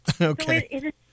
okay